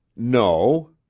no.